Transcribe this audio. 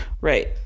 Right